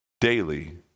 daily